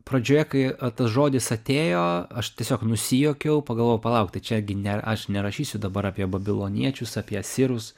pradžioje kai tas žodis atėjo aš tiesiog nusijuokiau pagalvojau palauk tai čia gi ne aš nerašysiu dabar apie babiloniečius apie sirus